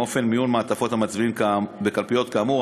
אופן מיון מעטפות המצביעים בקלפיות כאמור,